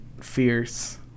fierce